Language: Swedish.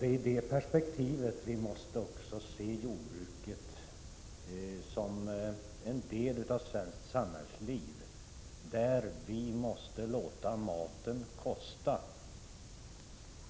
Det är i det perspektivet vi måste se jordbruket: det är en del av det svenska samhället, och vi måste låta maten kosta.